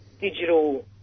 digital